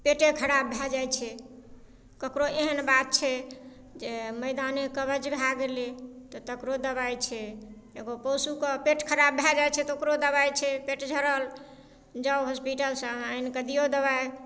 पेटे खराब भए जाइ छै ककरो एहन बात छै जे मैदाने कब्ज भए गेल तऽ तकरो दबाइ छै एगो पशुके पेट खराब भए जाइ छै तऽ ओकरो दबाइ छै पेट झड़ल जाउ हॉस्पिटलसँ अहाँ आनिकऽ दियौ दबाइ